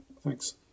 Thanks